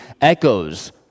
echoes